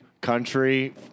country